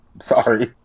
Sorry